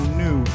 new